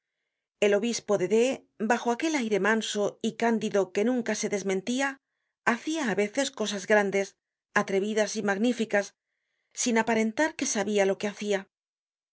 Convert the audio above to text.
el obispo de d bajo aquel aire manso y candido que nunca se desmentía hacia á veces cosas grandes atrevidas y magníficas sin aparentar que sabia lo que hacia